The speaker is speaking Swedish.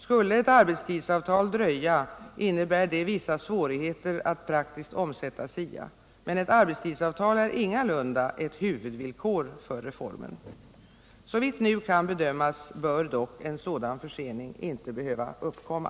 Skulle ett arbetstidsavtal dröja, innebär det vissa svårigheter att praktiskt omsätta SIA, men ett arbetstidsavtal är ingalunda ett huvudvillkor för reformen. Såvitt nu kan bedömas bör dock en sådan försening inte behöva uppkomma.